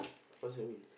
what's that mean